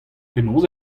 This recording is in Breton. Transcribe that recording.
penaos